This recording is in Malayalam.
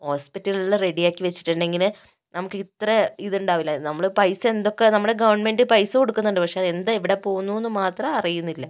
ഹോസ്പിറ്റലുകളില് റെഡി ആക്കി വെച്ചിട്ടുണ്ടെങ്കിൽ നമുക്ക് ഇത്ര ഇതുണ്ടാവില്ല നമ്മൾ പൈസ എന്തൊക്കെ നമ്മുടെ ഗവണ്മെന്റ് പൈസ കൊടുക്കുന്നുണ്ട് പക്ഷേ അത് എന്താ എവിടെ പോകുന്നുവെന്ന് മാത്രം അറിയുന്നില്ല